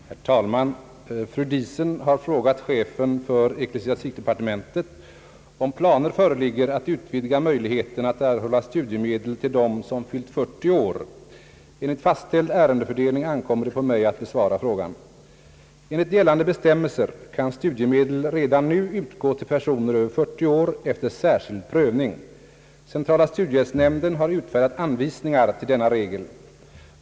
Herr talman! Fru Diesen har frågat chefen för ecklesiastikdepartementet om planer föreligger att utvidga möjligheten att erhålla studiemedel till dem som fyllt 40 år. Enligt fastställd ärendefördelning ankommer det på mig att besvara frågan. studiemedel redan nu utgå till personer över 40 år efter särskild prövning. Centrala studiehjälpsnämnden har utfärdat anvisningar till denna regel.